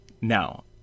now